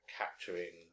capturing